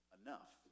enough